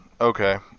Okay